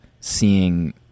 seeing